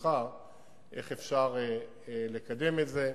לשיקולך איך אפשר לקדם את זה.